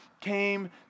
came